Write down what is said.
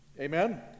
Amen